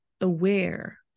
aware